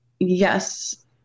Yes